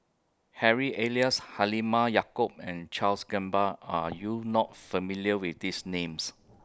Harry Elias Halimah Yacob and Charles Gamba Are YOU not familiar with These Names